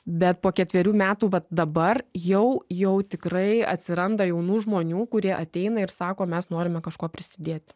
bet po ketverių metų vat dabar jau jau tikrai atsiranda jaunų žmonių kurie ateina ir sako mes norime kažkuo prisidėti